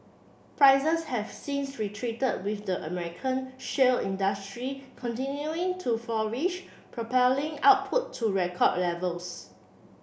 prices have since retreated with the American shale industry continuing to flourish propelling output to record levels